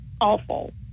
awful